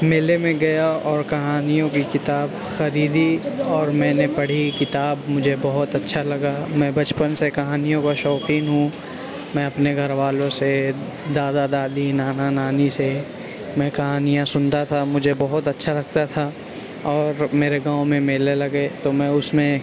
میلے میں گیا اور کہانیوں کی کتاب خریدی اور میں نے پڑھی کتاب مجھے بہت اچھا لگا میں بچپن سے کہانیوں کا شوقین ہوں میں اپنے گھر والوں سے دادا دادی نانا نانی سے میں کہانیاں سنتا تھا مجھے بہت اچھا لگتا تھا اور میرے گاؤں میں میلے لگے تو میں اس میں